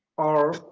our